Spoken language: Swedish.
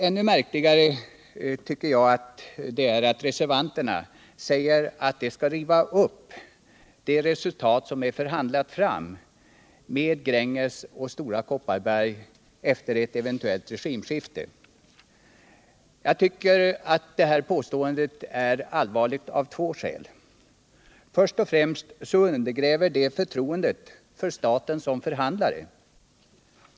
Ännu märkligare är det att reservanterna säger att de skall riva upp det resultat som har förhandlats fram med Gränges och Stora Kopparberg efter ett eventuellt regimskifte. Detta påstående är allvarligt av två skäl. För det första undergräver det förtroendet för staten som förhandlare.